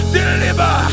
deliver